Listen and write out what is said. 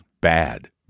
bad